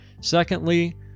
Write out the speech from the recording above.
Secondly